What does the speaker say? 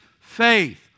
faith